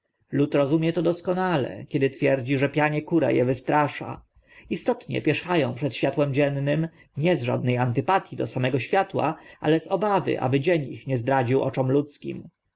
lud rozumie to doskonale kiedy twierdzi że pianie kura e wystrasza istotnie pierzcha ą przed światłem dziennym nie z żadne antypatii do samego światła ale z obawy aby dzień ich nie zdradził oczom ludzkim